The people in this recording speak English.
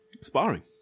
Sparring